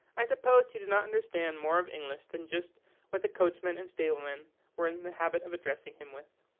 i suppose he did not understand more of english than just what the coachman and stableman were in the habit of addressing him with.